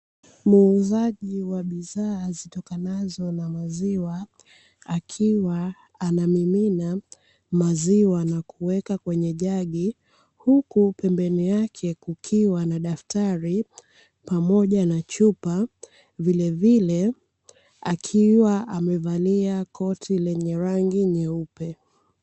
Muuzaji wa bidhaa zitokanazo na maziwa akiwa anamimina maziwa na kuweka kwenye jagi, huku pembeni yake kukiwa na daftari pamoja na chupa vilevile akiwa amevalia koti lenye rangi nyeupe.